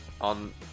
on